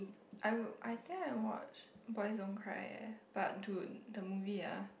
I will I think I watched boys don't cry eh but dude the movie ya